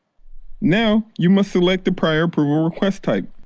now you must select the prior approval request type.